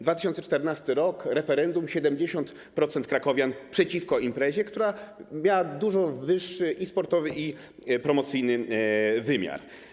2014 r., referendum, 70% krakowian było przeciwnych tej imprezie, która miała dużo większy i sportowy, i promocyjny wymiar.